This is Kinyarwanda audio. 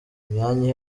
imyanya